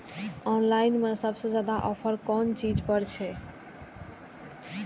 Online में सबसे ज्यादा ऑफर कोन चीज पर छे?